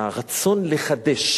מהרצון לחדש.